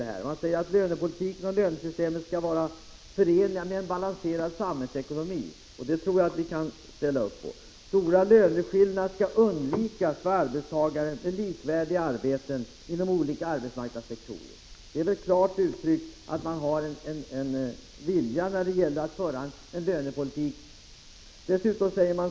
Det sägs i propositionen ”att lönepolitik och lönesystem skall vara förenliga med en balanserad samhällsekonomi” — det tror jag att vi kan ställa upp på — och ”att stora löneskillnader skall undvikas för arbetstagare med likvärdiga arbeten inom olika arbetsmarknadssektorer”. Det är väl ett klart uttryck för att det finns en vilja när det gäller att föra en lönepolitik.